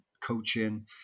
coaching